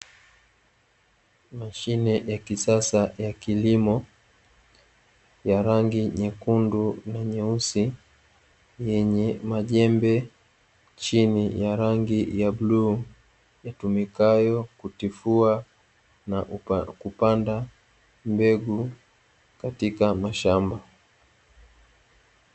Mashine ya kisasa ya kilimo ya rangi nyekundu na nyeusi yenye majembe chini ya rangi ya bluu, yatumikayo kutifua na kupanda mbegu katika mashamba.